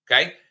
okay